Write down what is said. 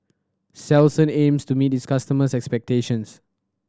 Selsun aims to meet its customers' expectations